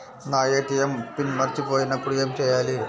నా ATM PIN మరచిపోయినప్పుడు ఏమి చేయాలి?